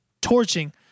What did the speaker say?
torching